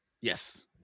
Yes